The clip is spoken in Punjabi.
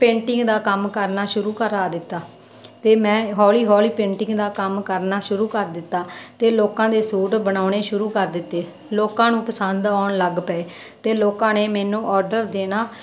ਪੇਂਟਿੰਗ ਦਾ ਕੰਮ ਕਰਨਾ ਸ਼ੁਰੂ ਕਰਾ ਦਿੱਤਾ ਅਤੇ ਮੈਂ ਹੌਲੀ ਹੌਲੀ ਪੇਂਟਿੰਗ ਦਾ ਕੰਮ ਕਰਨਾ ਸ਼ੁਰੂ ਕਰ ਦਿੱਤਾ ਅਤੇ ਲੋਕਾਂ ਦੇ ਸੂਟ ਬਣਾਉਣੇ ਸ਼ੁਰੂ ਕਰ ਦਿੱਤੇ ਲੋਕਾਂ ਨੂੰ ਪਸੰਦ ਆਉਣ ਲੱਗ ਪਏ ਅਤੇ ਲੋਕਾਂ ਨੇ ਮੈਨੂੰ ਓਰਡਰ ਦੇਣਾ